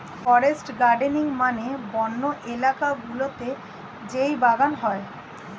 forest gardening মানে বন্য এলাকা গুলোতে যেই বাগান হয়